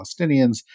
Palestinians